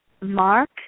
Mark